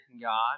God